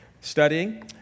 studying